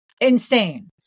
insane